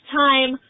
time